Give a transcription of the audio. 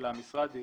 המשרד היא